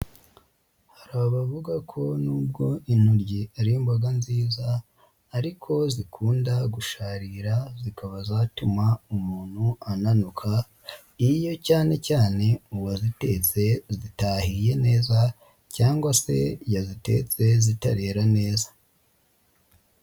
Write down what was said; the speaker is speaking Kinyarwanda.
Hari abavuga ko n'ubwo intoryi ari imboga nziza ariko zikunda gusharira, zikaba zatuma umuntu ananuka, iyo cyane cyane uwazitetse zitahiye neza cyangwa se yazitetse zitarera neza.